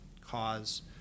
cause